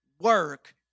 work